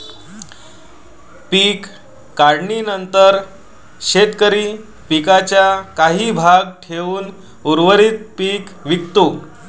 पीक काढणीनंतर शेतकरी पिकाचा काही भाग ठेवून उर्वरित पीक विकतो